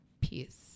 peace